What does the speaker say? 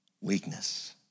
Weakness